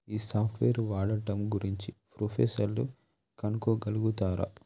ఈ సాఫ్ట్వేర్ వాడటం గురించి ప్రొఫెసర్లు కనుక్కోగలుగుతారా